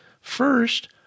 First